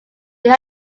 they